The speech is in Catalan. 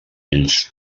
ells